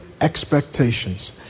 expectations